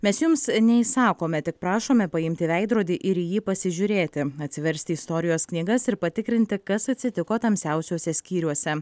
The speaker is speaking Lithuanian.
mes jums neįsakome tik prašome paimti veidrodį ir į jį pasižiūrėti atsiversti istorijos knygas ir patikrinti kas atsitiko tamsiausiuose skyriuose